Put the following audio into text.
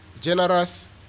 generous